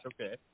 okay